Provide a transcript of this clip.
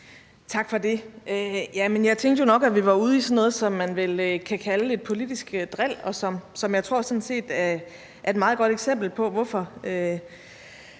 Tak for det. Jeg tænkte jo nok, at vi var ude i sådan noget, som man vel kan kalde lidt politisk dril, hvilket jeg sådan set tror er et meget godt eksempel på, hvorfor